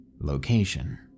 Location